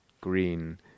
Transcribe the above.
green